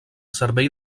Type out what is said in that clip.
servei